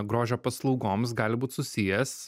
grožio paslaugoms gali būti susijęs